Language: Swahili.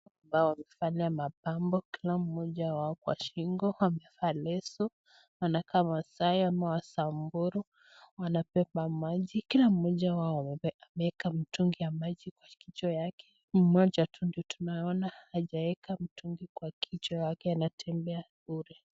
Ambao wamevalia mapambo kila mmoja wao kwa shingo amevaa leso wanakaa maasai ama wasamburu wanabeba maji ,kila mmoja wao ameweka mtungi wa maji kwa kichwa yake ni mmoja tu ndiye tunayeona hajaweka mtungi kwa kichwa yake anatembea bure.